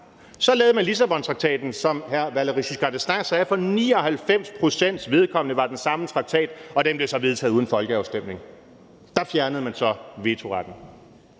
Så lavede man Lissabontraktaten, der, som Valéry Giscard d'Estaing sagde, for 99 pct.s vedkommende var den samme traktat. Og den blev så vedtaget uden folkeafstemning. Der fjernede man så vetoretten.